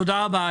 תודה רבה.